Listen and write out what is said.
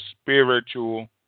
spiritual